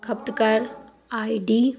ਖਪਤਕਾਰ ਆਈਡੀ